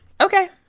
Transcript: Okay